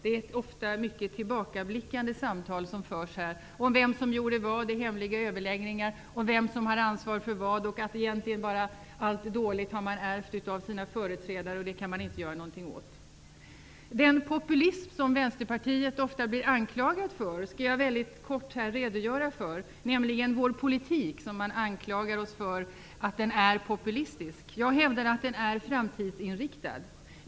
Det är ofta ett mycket tillbakablickande samtal som förs här, om vem som gjorde vad i hemliga överläggningar, vem som har ansvar för vad, att man egentligen har ärvt allt dåligt av sina företrädare, och det kan man inte göra något åt. Den populism som Vänsterpartiet ofta blir anklagat för skall jag mycket kort redogöra för. Man anklagar oss nämligen för att vår politik är populistisk. Jag hävdar att den är framtidsinriktad.